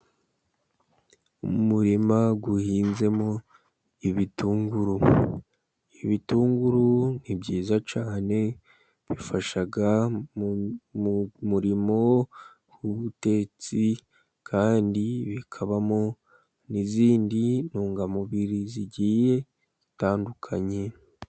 Umurima uhinzemo ibitunguru. Ibitunguru ni byiza cyane, bifasha mu murimo w'ubutetsi kandi bikabamo n'izindi ntungamubiri zigiye zitandukanye.